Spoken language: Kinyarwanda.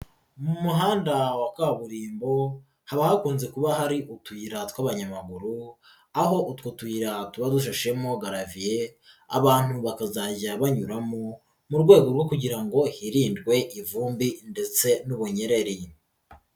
Mu muhanda wa kaburimbo haba hakunze kuba hari utuyira tw'abanyamaguru, aho utwo tuyira tuba dushashemo garaviye, abantu bakazajya banyuramo mu rwego rwo kugira ngo hirindwe ivumbi ndetse n'ubunyerere.